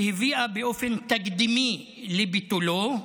שהביאה באופן תקדימי לביטולו,